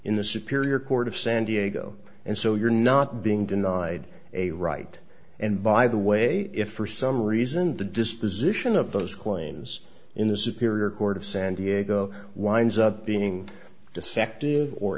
in the superior court of san diego and so you're not being denied a right and by the way if for some reason the disposition of those claims in the superior court of san diego winds up being deceptive or